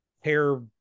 hair